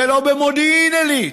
ולא במודיעין עילית.